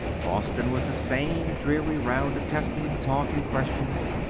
boston was the same dreary round of testing, talk, and questions,